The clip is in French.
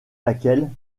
laquelle